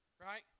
right